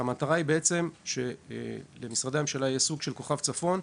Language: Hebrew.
והמטרה שלו היא שיהיה למשרדי הממשלה סוג של כוכב צפון,